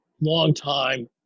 longtime